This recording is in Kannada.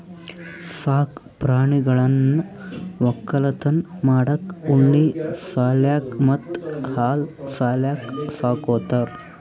ಸಾಕ್ ಪ್ರಾಣಿಗಳನ್ನ್ ವಕ್ಕಲತನ್ ಮಾಡಕ್ಕ್ ಉಣ್ಣಿ ಸಲ್ಯಾಕ್ ಮತ್ತ್ ಹಾಲ್ ಸಲ್ಯಾಕ್ ಸಾಕೋತಾರ್